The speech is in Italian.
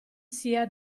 sia